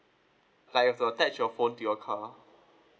like you attached your phone to your car